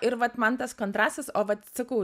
ir vat man tas kontrastas o vat sakau